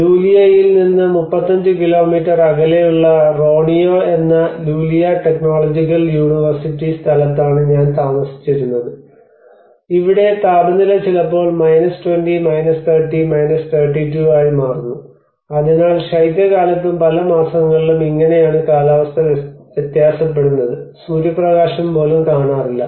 ലുലിയയിൽ നിന്ന് 35 കിലോമീറ്റർ അകലെയുള്ള റോണിയോ എന്ന ലുലിയ ടെക്നോളജിക്കൽ യൂണിവേഴ്സിറ്റി സ്ഥലത്താണ് ഞാൻ താമസിച്ചിരുന്നത് ഇവിടെ താപനില ചിലപ്പോൾ 20 30 32 ആയി മാറുന്നു അതിനാൽ ശൈത്യകാലത്തും പല മാസങ്ങളിലും ഇങ്ങനെയാണ് കാലാവസ്ഥ വ്യത്യാസപ്പെടുന്നത് സൂര്യപ്രകാശം പോലും കാണാറില്ല